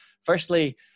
firstly